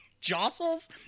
jostles